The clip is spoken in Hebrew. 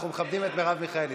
אנחנו מכבדים את מרב מיכאלי.